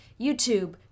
YouTube